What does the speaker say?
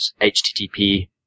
HTTP